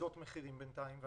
ירידות מחירים בינתיים.